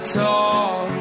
talk